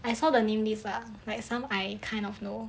I saw the name list lah like some I kind of know